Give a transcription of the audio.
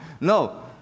No